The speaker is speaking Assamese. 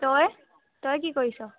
তই তই কি কৰিছ